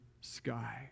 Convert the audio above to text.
sky